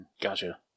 Gotcha